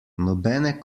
nobene